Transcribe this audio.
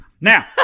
Now